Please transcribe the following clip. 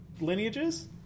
lineages